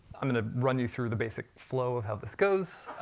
i'm going to run you through the basic flow of how this goes.